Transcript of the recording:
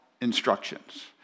instructions